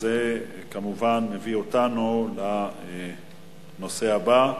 וזה מביא אותנו לנושא הבא: